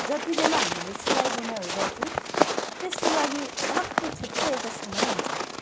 जति बेला हामीले सिलाईबुनाईहरू गर्छौँ त्यसको लागि अलगै एउटा छुट्टै समय हुन्छ